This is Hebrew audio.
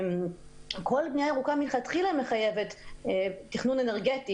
כל בנייה ירוקה מלכתחילה מחייבת תכנון אנרגטי,